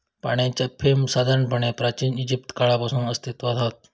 पाणीच्या फ्रेम साधारणपणे प्राचिन इजिप्त काळापासून अस्तित्त्वात हत